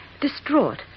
distraught